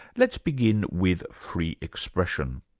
let's begin with free expression.